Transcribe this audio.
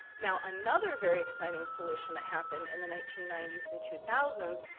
now, another very exciting solution that happened in the nineteen ninety s and two thousand